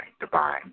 divine